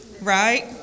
Right